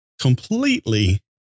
completely